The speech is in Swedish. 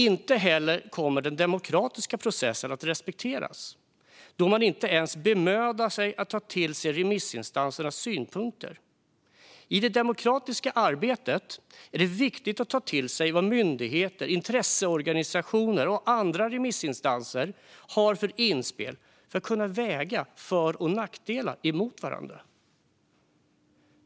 Vidare kommer inte heller den demokratiska processen att respekteras, då man inte ens bemödar sig att ta till sig remissinstansernas synpunkter. I det demokratiska arbetet är det viktigt att ta till sig vilka inspel myndigheter, intresseorganisationer och andra remissinstanser har för att man ska kunna väga för och nackdelar emot varandra.